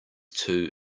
too